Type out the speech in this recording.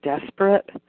desperate